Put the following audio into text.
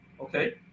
Okay